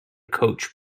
coach